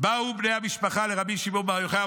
באו בני המשפחה לרבי שמעון בר יוחאי.